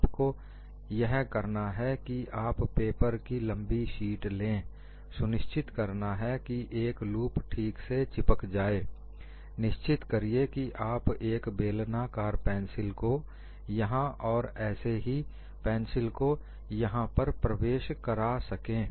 आपको यह करना है कि आप पेपर की लम्बी शीट लें सुनिश्चित करना है कि कि एक लूप ठीक से चिपक जाय निश्चित करिए कि आप एक बेलनाकार पेंसिल को यहां पर और ऐसे ही पेंसिल को यहां पर प्रवेश करा सकें